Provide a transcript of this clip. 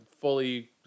fully